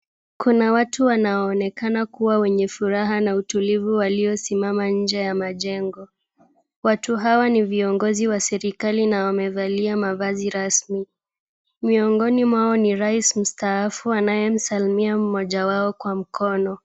Kuna watu wanaonekana kuwa wenye furaha na utulivu waliosimama nje ya majengo. Watu hawa ni viongozi wa serikali na wamevalia mavazi rasmi. Miongoni mwao ni rais mstaafu anayemsalimia mmoja wao kwa mkono.